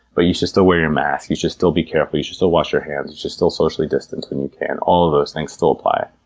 but you should still wear your mask. you should still be careful. you should still wash your hands. you should still socially distant when you can. all of those things still apply.